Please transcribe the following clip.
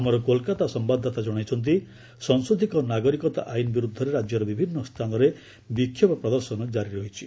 ଆମର କୋଲକାତା ସମ୍ଭାଦଦାତା ଜଣାଇଛନ୍ତି ସଂଶୋଧିତ ନାଗରିକତା ଆଇନ୍ ବିରୁଦ୍ଧରେ ରାଜ୍ୟର ବିଭିନ୍ନ ସ୍ଥାନରେ ବିକ୍ଷୋଭ ପ୍ରଦର୍ଶନ ଜାରି ରହିଛି